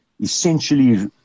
essentially